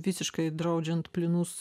visiškai draudžiant plynus